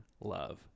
Love